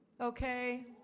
Okay